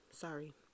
sorry